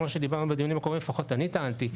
כמו שדיברנו בדיונים הקודמים לפחות אני טענתי,